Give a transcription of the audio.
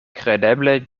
kredeble